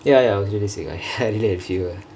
ya ya I was really sick I had a fever